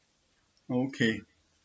okay